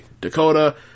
Dakota